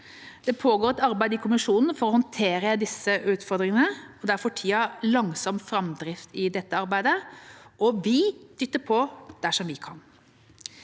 Det pågår et arbeid i Kommisjonen for å håndtere disse utfordringene. Det er for tida langsom framdrift i arbeidet, og vi dytter på der vi kan.